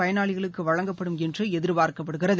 பயனாளிகளுக்கு வழங்கப்படும் என்று எதிர்பார்க்கப்படுகிறது